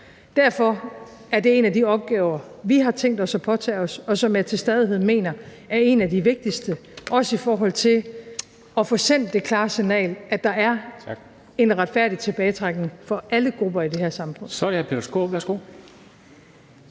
Derfor er det en af de opgaver, vi har tænkt os at påtage os, og som jeg til stadighed mener er en af de vigtigste, også i forhold til at få sendt det klare signal om, at der er en retfærdig tilbagetrækning for alle grupper i det her samfund.